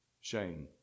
Shame